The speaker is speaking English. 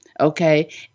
Okay